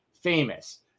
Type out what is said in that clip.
famous